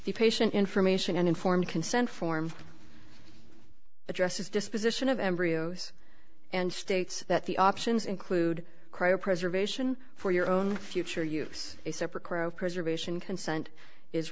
the patient information and informed consent form the justice disposition of embryos and states that the options include cryo preservation for your own future use a separate pro preservation consent is